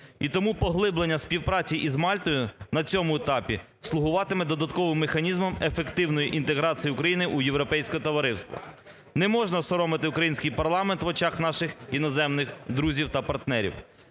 І тому поглиблення співпраці із Мальтою на цьому етапі слугуватиме додатковим механізмом ефективної інтеграції України у європейське товариство. Не можна соромити український парламент в очах наших іноземних друзів та партнерів.